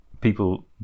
people